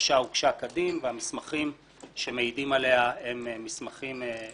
שהבקשה הוגשה כדין והמסמכים שמעידים עליה הם מסמכים נכונים.